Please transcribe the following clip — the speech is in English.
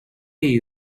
you